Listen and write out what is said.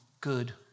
good